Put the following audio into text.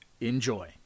Enjoy